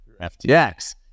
FTX